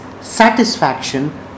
satisfaction